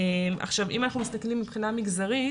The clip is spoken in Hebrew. מבחינה מגזרית